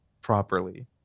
properly